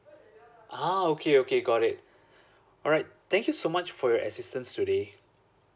ah okay okay got it alright thank you so much for your assistance today